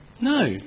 No